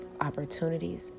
opportunities